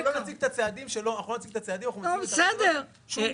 אם אתם רוצים